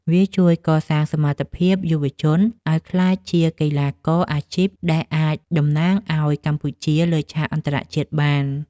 វាជួយកសាងសមត្ថភាពយុវជនឱ្យក្លាយជាកីឡាករអាជីព ដែលអាចតំណាងឱ្យកម្ពុជាលើឆាកអន្តរជាតិបាន។